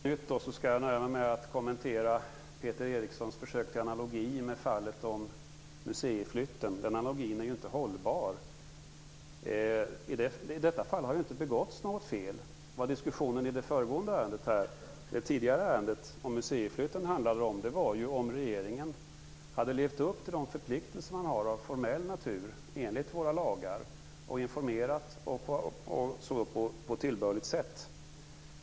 Herr talman! För att säga något nytt skall jag kommentera Peter Erikssons försök till analogi med ärendet om museiflytten. Den analogin är ju inte hållbar. I det här fallet har det inte begåtts något fel. Vad diskussionen i museiärendet handlade om var ju om regeringen hade levt upp till de förpliktelser som man har av formell natur enligt våra lagar och om man hade informerat på tillbörligt sätt.